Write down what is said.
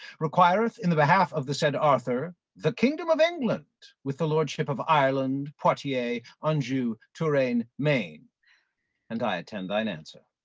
requireth in the behalf of the said arthur, the kingdom of england, with the lordship of ireland, poitiers, anjou, touraine, maine and i attend thine answer.